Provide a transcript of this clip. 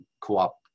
co-op